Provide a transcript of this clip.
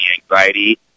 anxiety